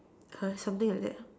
something like that lah